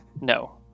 No